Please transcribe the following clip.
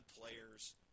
players